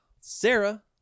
Sarah